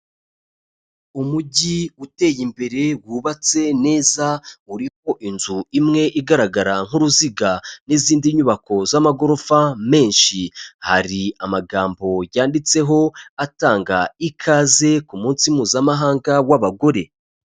Umujyi uteye imbere wubatse neza urimo inzu imwe igaragara nk'uruziga, n'izindi nyubako z'amagorofa menshi, hari amagambo yanditseho atanga ikaze ku munsi Mpuzamahanga w'abagore.